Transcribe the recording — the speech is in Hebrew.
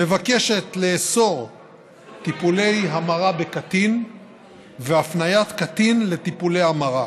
מבקשת לאסור טיפולי המרה בקטין והפניית קטין לטיפולי המרה.